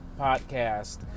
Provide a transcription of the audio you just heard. podcast